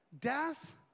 death